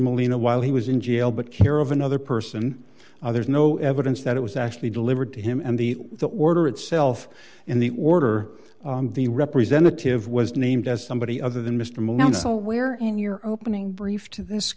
molina while he was in jail but care of another person there's no evidence that it was actually delivered to him and the the order itself in the order the representative was named as somebody other than mr mansell where in your opening brief to this